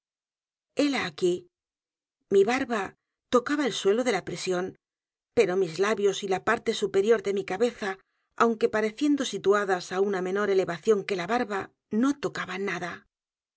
hela aquí mi barba tocaba el suelo de la prisión pero mis labios y la parte superior de mi cabeza aunque pareciendo situadas á una menor elevación que la barba no tocaban nada